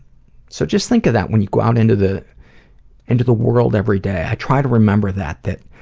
so just think of that when you go out into the into the world every day. i try to remember that, that,